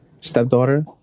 stepdaughter